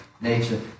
nature